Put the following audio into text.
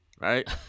right